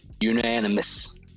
Unanimous